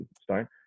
start –